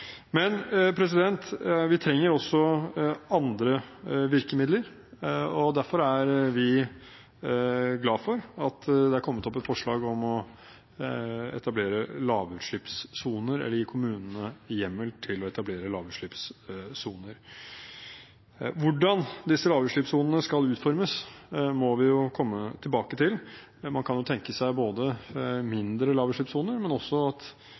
Vi trenger også andre virkemidler, og derfor er vi glad for at det har kommet et forslag om å etablere lavutslippssoner eller gi kommunene hjemmel til å etablere lavutslippssoner. Hvordan disse lavutslippssonene skal utformes, må vi komme tilbake til. Man kan tenke seg både mindre lavutslippssoner og også at større områder av byen omfattes av en slik lavutslippssone. Fra Høyres side mener vi at